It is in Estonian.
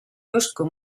justkui